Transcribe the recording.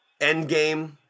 Endgame